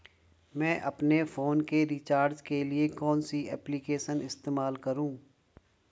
मैं अपने फोन के रिचार्ज के लिए कौन सी एप्लिकेशन इस्तेमाल करूँ?